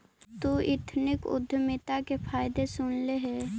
तु एथनिक उद्यमिता के फायदे सुनले हे?